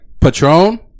Patron